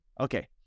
Okay